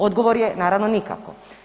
Odgovor je naravno, nikako.